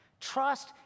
Trust